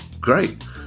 great